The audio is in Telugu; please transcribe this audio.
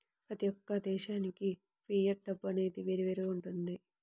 ప్రతి యొక్క దేశానికి ఫియట్ డబ్బు అనేది వేరువేరుగా వుంటది